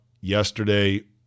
yesterday